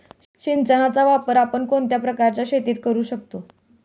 सिंचनाचा वापर आपण कोणत्या प्रकारच्या शेतीत करू शकतो?